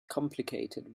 complicated